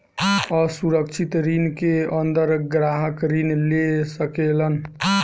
असुरक्षित ऋण के अंदर ग्राहक ऋण ले सकेलन